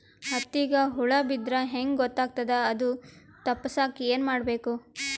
ಹತ್ತಿಗ ಹುಳ ಬಿದ್ದ್ರಾ ಹೆಂಗ್ ಗೊತ್ತಾಗ್ತದ ಅದು ತಪ್ಪಸಕ್ಕ್ ಏನ್ ಮಾಡಬೇಕು?